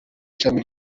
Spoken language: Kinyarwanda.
ishami